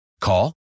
Call